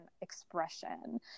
expression